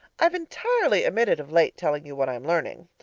i've entirely omitted of late telling you what i am learning,